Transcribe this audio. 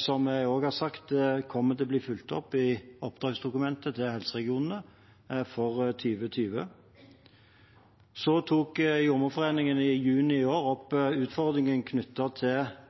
som jeg også har sagt kommer til å bli fulgt opp i oppdragsdokumentet til helseregionene for 2020. I juni i år tok Jordmorforeningen opp utfordringen knyttet til